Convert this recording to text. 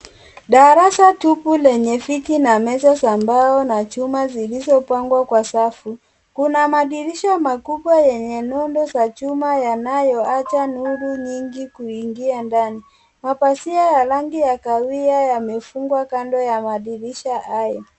Darasa tupu lenye viti na meza za mbao na chuma zilizo pangwa kwa safu. Kuna madirisha makubwa yenye nondo za chuma yanayoacha nuru nyingi kuingia ndani. Mapazia ya rangi ya kahawia yamefungwa kando ya madirisha hayo.